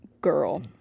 girl